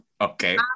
Okay